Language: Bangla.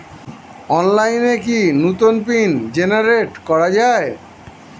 অনলাইনে কি নতুন পিন জেনারেট করা যায়?